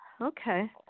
Okay